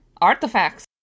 artifacts